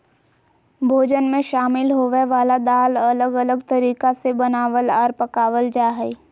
भोजन मे शामिल होवय वला दाल अलग अलग तरीका से बनावल आर पकावल जा हय